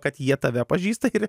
kad jie tave pažįsta ir